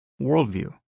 worldview